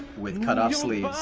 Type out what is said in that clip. with cut-off sleeves.